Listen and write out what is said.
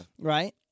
Right